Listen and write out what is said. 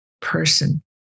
person